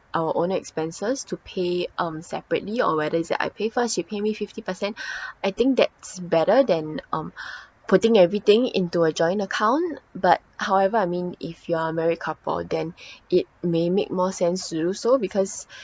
our own expenses to pay um separately or whether is it I pay first you pay me fifty percent I think that's better than um putting everything into a joint account but however I mean if you are a married couple then it may make more sense to do so because